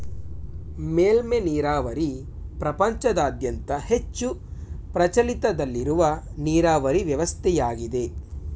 ಮೇಲ್ಮೆ ನೀರಾವರಿ ಪ್ರಪಂಚದಾದ್ಯಂತ ಹೆಚ್ಚು ಪ್ರಚಲಿತದಲ್ಲಿರುವ ನೀರಾವರಿ ವ್ಯವಸ್ಥೆಯಾಗಿದೆ